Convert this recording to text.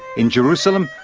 in jerusalem,